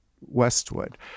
Westwood